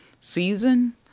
season